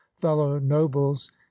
fellow-nobles